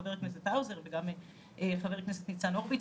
חבר הכנסת האוזר וגם חבר הכנסת ניצן הורוביץ.